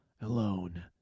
alone